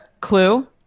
clue